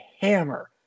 hammer